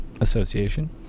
association